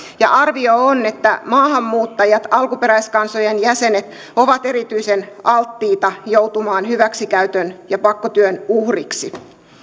ja arvio on että maahanmuuttajat alkuperäiskansojen jäsenet ovat erityisen alttiita joutumaan hyväksikäytön ja pakkotyön uhriksi